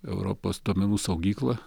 europos duomenų saugykla